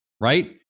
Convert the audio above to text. right